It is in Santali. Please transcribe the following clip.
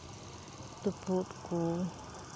ᱛᱩᱯᱩᱜ ᱠᱚ